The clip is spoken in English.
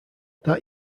that